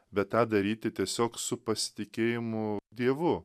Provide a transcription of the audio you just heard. bet tą daryti tiesiog su pasitikėjimu dievu